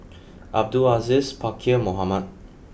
Abdul Aziz Pakkeer Mohamed